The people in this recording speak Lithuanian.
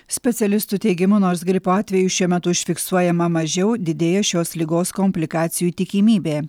specialistų teigimu nors gripo atvejų šiuo metu užfiksuojama mažiau didėja šios ligos komplikacijų tikimybė